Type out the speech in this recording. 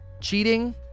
Cheating